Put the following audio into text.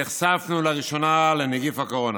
נחשפנו לראשונה לנגיף הקורונה.